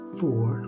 four